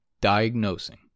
Diagnosing